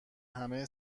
همه